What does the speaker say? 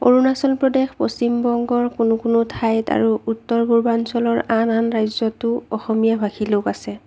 অৰুণাচল পশ্চিমবংগৰ কোনো কোনো ঠাইত আৰু উত্তৰ পূৰ্বাঞ্চলৰ আন আন ঠাইতো অসমীয়াভাষী লোক আছে